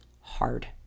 hard